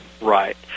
right